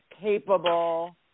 capable